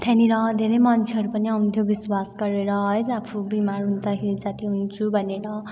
त्यहाँनिर धेरै मन्छेहरू पनि आउँथ्यो होइन विश्वास गरेर है आफू बिमार हुदाँखेरि जाति हुन्छु भनेर